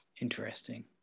Interesting